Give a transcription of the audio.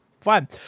Fine